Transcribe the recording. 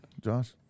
Josh